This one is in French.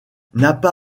napa